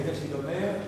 ברגע שזה ייגמר,